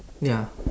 ya